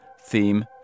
Theme